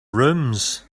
rooms